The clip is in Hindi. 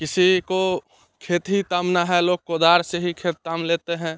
किसी को खेती तामना है लोग गोदार से ही खेत ताम लेते हैं